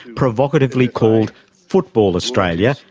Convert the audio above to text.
provocatively called football australia,